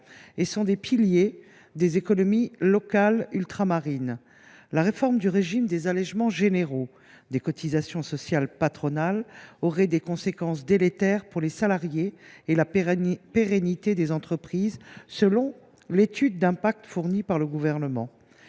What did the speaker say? et sont des piliers des économies locales ultramarines. La réforme du régime des allégements généraux de cotisations sociales patronales aurait des conséquences délétères pour les salariés et la pérennité des entreprises, selon l’étude d’impact fournie par le Gouvernement.